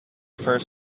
first